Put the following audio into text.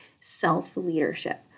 Self-leadership